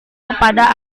kepada